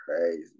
crazy